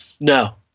no